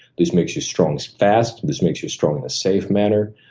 this makes you strong so fast, this makes you strong in a safe manner,